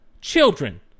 Children